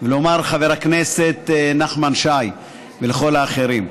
ולומר לחבר הכנסת נחמן שי ולכל האחרים: